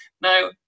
Now